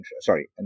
sorry